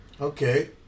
okay